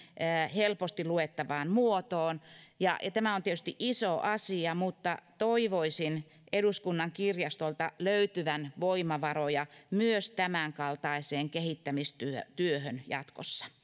helposti luettavaan muotoon tämä on tietysti iso asia mutta toivoisin eduskunnan kirjastolta löytyvän voimavaroja myös tämänkaltaiseen kehittämistyöhön jatkossa